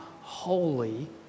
holy